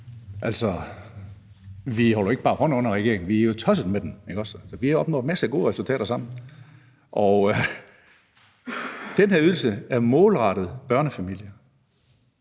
Altså, vi holder jo ikke bare hånden under regeringen, vi er jo tosset med den, ikke også, så vi opnår masser af gode resultater sammen. Den her ydelse er målrettet børnefamilier.